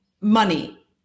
money